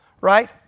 right